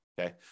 okay